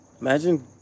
Imagine